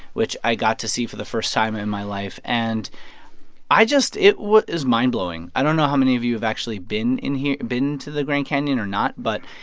which i got to see for the first time ah in my life. and i just it was mind-blowing. i don't know how many of you have actually been in here been to the grand canyon or not. but.